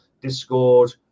Discord